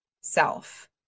self